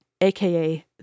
aka